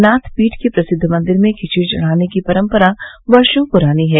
नाथ पीठ के प्रसिद्व मंदिर में खिचड़ी चढ़ाने की परंपरा वर्षो पुरानी है